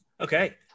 Okay